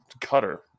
cutter